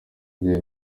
mubyeyi